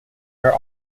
are